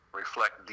reflect